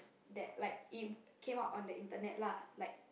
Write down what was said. that like it came out on the Internet lah like